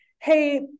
hey